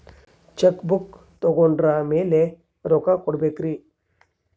Check book ತೊಗೊಂಡ್ರ ಮ್ಯಾಲೆ ರೊಕ್ಕ ಕೊಡಬೇಕರಿ?